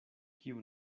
kiu